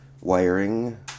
wiring